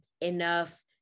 enough